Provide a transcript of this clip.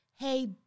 hey